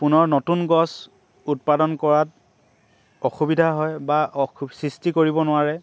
পুনৰ নতুন গছ উৎপাদন কৰাত অসুবিধা হয় বা অস সৃষ্টি কৰিব নোৱাৰে